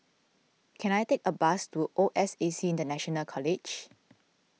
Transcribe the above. can I take a bus to O S A C International College